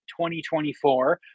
2024